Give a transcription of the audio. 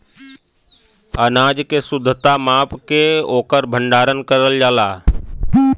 अनाज के शुद्धता माप के ओकर भण्डारन करल जाला